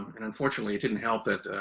and unfortunately, it didn't help that,